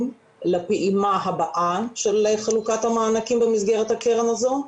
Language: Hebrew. לפעימה הבאה של חלוקת המענקים במסגרת הקרן הזו,